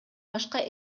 башка